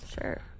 sure